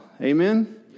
amen